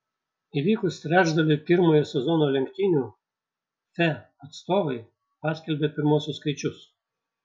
įvykus trečdaliui pirmojo sezono lenktynių fe atstovai paskelbė pirmuosius skaičius